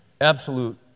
Absolute